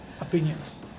opinions